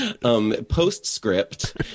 Postscript